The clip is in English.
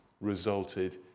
resulted